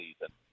season